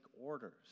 orders